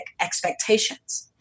expectations